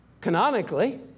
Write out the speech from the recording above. Canonically